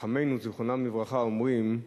חכמנו זכרם לברכה אומרים: